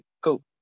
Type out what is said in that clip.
cool